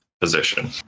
position